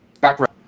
background